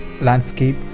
landscape